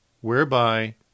whereby